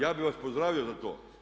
Ja bih vas pozdravio za to.